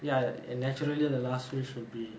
ya and naturally the last wish would be